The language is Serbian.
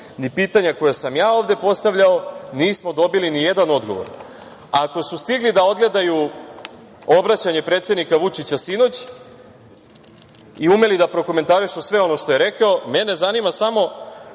na pitanja koja sam ja ovde postavljao, nismo dobili nijedan odgovor. Ako su stigli da odgledaju obraćanje predsednika Vučića sinoć i umeli da prokomentarišu sve ono što je rekao, mene zanima samo,